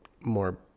more